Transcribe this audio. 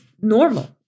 normal